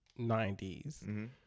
90s